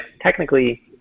technically